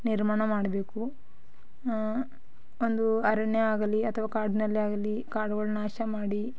ನಿರ್ಮಾಣ ಮಾಡಬೇಕು ಒಂದು ಅರಣ್ಯ ಆಗಲಿ ಅಥವ ಕಾಡಿನಲ್ಲೇ ಆಗಲಿ ಕಾಡುಗಳ ನಾಶ ಮಾಡಿ